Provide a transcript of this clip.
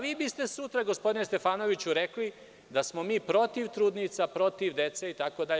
Vi biste sutra, gospodine Stefanoviću, rekli da smo mi protiv trudnica, protiv dece itd.